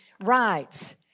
rights